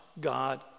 God